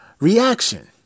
reaction